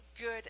good